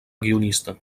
guionista